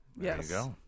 yes